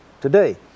today